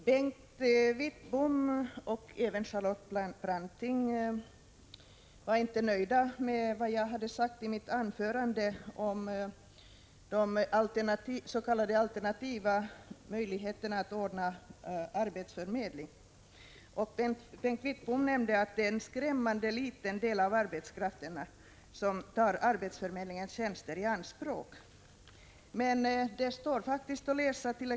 Herr talman! Bengt Wittbom och även Charlotte Branting var missnöjda med vad jag sade om de s.k. alternativa möjligheterna att ordna arbetsförmedling. Bengt Wittbom nämnde att en skrämmande liten del av arbetskraften tar arbetsförmedlingens tjänster i anspråk. Men det står faktiskt att läsa i Prot.